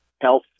health